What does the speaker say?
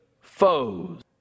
foes